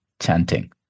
chanting